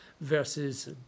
versus